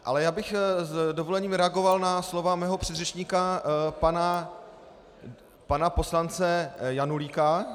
Ale já bych s dovolením reagoval na slova svého předřečníka, pana poslance Janulíka.